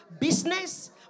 Business